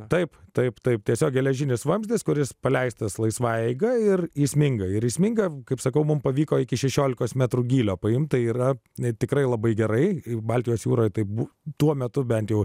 taip taip taip tiesiog geležinis vamzdis kuris paleistas laisvąja eiga ir įsminga ir įsminga kaip sakau mums pavyko iki šešiolikos metrų gylio paimti tai yra net tikrai labai gerai baltijos jūroje taip tuo metu bent jau